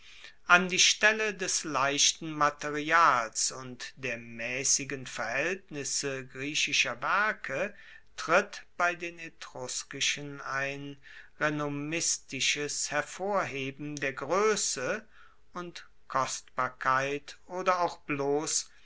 an die stelle des leichten materials und der maessigen verhaeltnisse griechischer werke tritt bei den etruskischen ein renommistisches hervorheben der groesse und kostbarkeit oder auch bloss